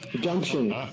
Junction